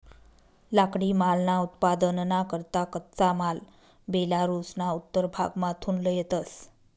लाकडीमालना उत्पादनना करता कच्चा माल बेलारुसना उत्तर भागमाथून लयतंस